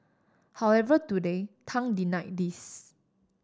however today Tang denied these